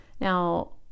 Now